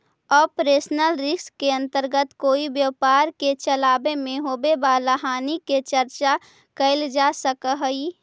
operational risk के अंतर्गत कोई व्यापार के चलावे में होवे वाला हानि के चर्चा कैल जा सकऽ हई